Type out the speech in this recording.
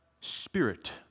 spirit